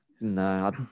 no